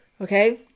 Okay